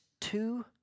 two